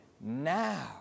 Now